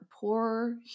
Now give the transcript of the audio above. poor